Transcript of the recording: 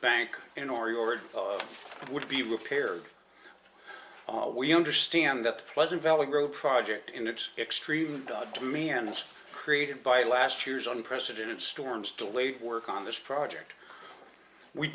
bank in or your it would be repaired we understand that the pleasant valley grove project and its extreme god demands created by last year's unprecedented storms delayed work on this project we